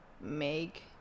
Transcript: make